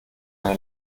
eine